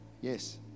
Yes